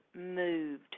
moved